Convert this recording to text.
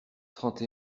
trente